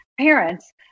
parents